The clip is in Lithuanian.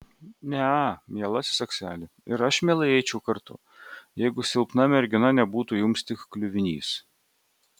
ne mielasis akseli ir aš mielai eičiau kartu jeigu silpna mergina nebūtų jums tik kliuvinys